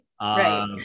Right